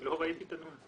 אני לא ראיתי את הנוהל.